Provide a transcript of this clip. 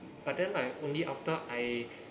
but then like only after I